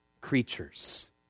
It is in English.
creatures